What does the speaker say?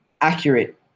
accurate